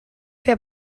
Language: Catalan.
fer